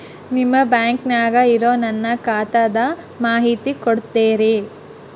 ನಿಮ್ಮ ಬ್ಯಾಂಕನ್ಯಾಗ ಇರೊ ನನ್ನ ಖಾತಾದ ಮಾಹಿತಿ ಕೊಡ್ತೇರಿ?